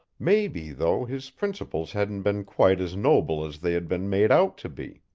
maybe, though, his principles hadn't been quite as noble as they had been made out to be.